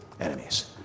enemies